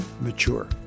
mature